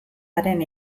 haren